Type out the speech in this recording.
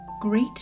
great